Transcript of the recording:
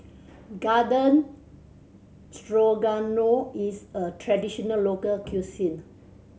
Garden Strogano is a traditional local cuisine